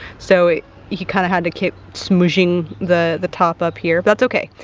so he kinda had to keep smooshing the the top up here. that's okay.